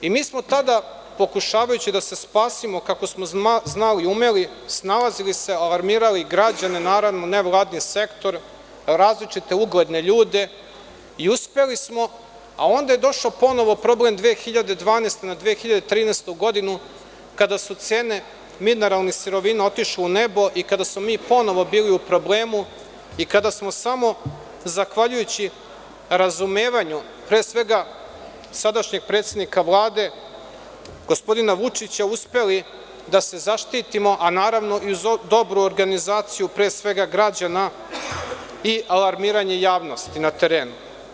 Mi smo tada pokušavajući da se spasimo kako smo znali i umeli, snalazili se, alarmirali građane, naravno nevladin sektor, različite ugledne ljude, i uspeli smo, a onda je došao ponovo problem 2012. na 2013. godinu, kada su cene mineralnih sirovina otišle u nebo i kada smo mi ponovo bili u problemu i kada smo samo zahvaljujući razumevanju, pre svega sadašnjeg predsednika Vlade, gospodina Vučića, uspeli da se zaštitimo, a naravno i uz dobru organizaciju, pre svega građana, i alarmiranje javnosti na terenu.